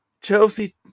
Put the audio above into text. Chelsea